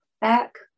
back